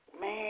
Man